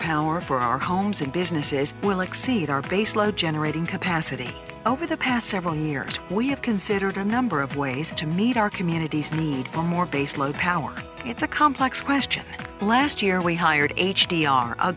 power for our homes and businesses will exceed our baseload generating capacity over the past several years we have considered a number of ways to meet our communities need for more base load power it's a complex question last year we hired h d r a